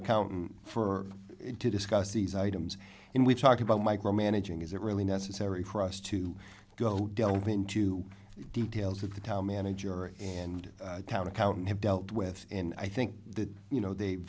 accountant for him to discuss these items and we talk about micromanaging is it really necessary for us to go delve into the details of the town manager and town accountant have dealt with and i think that you know they